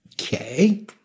Okay